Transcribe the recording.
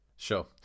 Sure